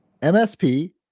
MSP